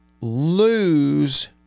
lose